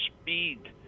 speed